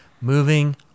Moving